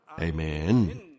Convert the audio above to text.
Amen